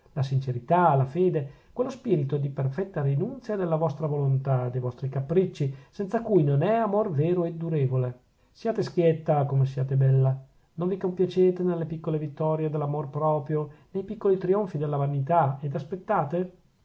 la sincerità la fede quello spirito di perfetta rinunzia della vostra volontà dei vostri capricci senza cui non è amor vero e durevole siate schietta come siete bella non vi compiacete nelle piccole vittorie dell'amor proprio nei piccoli trionfi della vanità ed aspettate